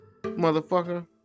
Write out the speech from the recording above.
Motherfucker